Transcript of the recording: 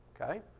okay